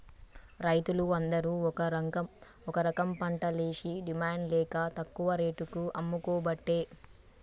రైతులు అందరు ఒక రకంపంటలేషి డిమాండ్ లేక తక్కువ రేటుకు అమ్ముకోబట్టే